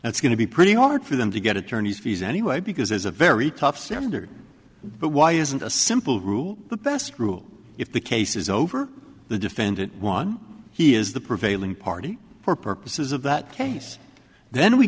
it's going to be pretty hard for them to get attorney's fees anyway because there's a very tough standard but why isn't a simple rule the best rule if the case is over the defendant won he is the prevailing party for purposes of that case then we